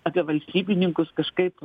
apie valstybininkus kažkaip